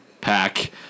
pack